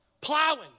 plowing